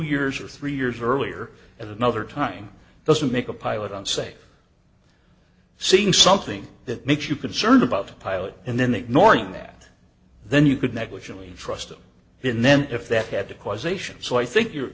years or three years earlier at another time doesn't make a pilot on say seeing something that makes you concerned about the pilot and then ignoring that then you could negligently trust them in then if that had to causation so i think your